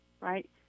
right